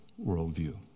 worldview